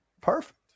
Perfect